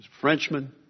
Frenchman